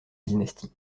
dynastie